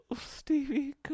Stevie